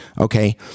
Okay